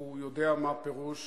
הוא יודע מה פירוש